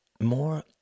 more